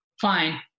Fine